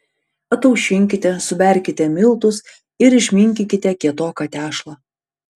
ataušinkite suberkite miltus ir išminkykite kietoką tešlą